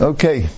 Okay